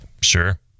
sure